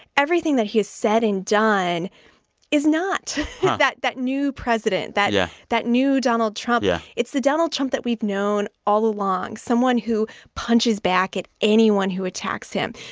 everything that he has said and done is not that that new president. yeah. that new donald trump yeah it's the donald trump that we've known all along, someone who punches back at anyone who attacks him,